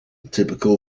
typical